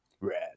red